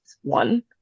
one